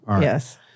yes